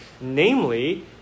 namely